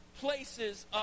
places